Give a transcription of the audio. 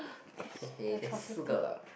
there's 四个了